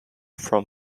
from